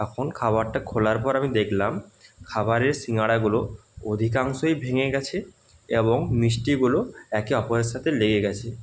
আখন খাবারটা খোলার পর আমি দেখলাম খাবারের সিঙাড়াগুলো অধিকাংশই ভেঙে গিয়েছে এবং মিষ্টিগুলো একে অপরের সাথে লেগে গিয়েছে